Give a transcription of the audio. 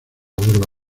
borda